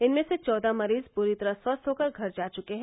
इनमें से चौदह मरीज पूरी तरह स्वस्थ होकर घर जा चके हैं